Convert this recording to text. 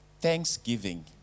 Thanksgiving